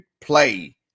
play